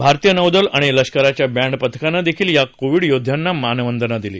भारतीय नौदल आणि लष्कराच्या बँड पथकानं देखील या कोविड योध्यांना मानवंदना दिली